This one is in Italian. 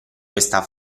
questa